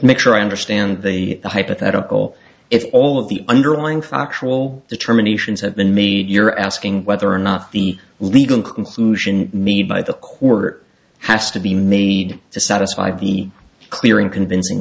make sure i understand the hypothetical if all of the underlying factual determination is have been me you're asking whether or not the legal conclusion me by the court has to be made to satisfy the clear and convincing